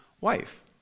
wife